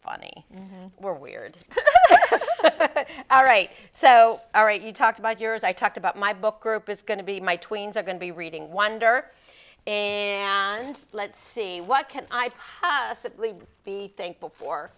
funny we're weird all right so all right you talked about yours i talked about my book group is going to be my tweens are going to be reading wonder and let's see what can i simply be thankful for